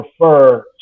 prefer